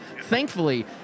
thankfully